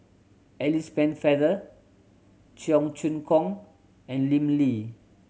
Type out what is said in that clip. Alice Pennefather Cheong Choong Kong and Lim Lee